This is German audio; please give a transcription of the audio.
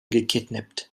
gekidnappt